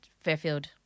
Fairfield